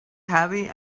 heavy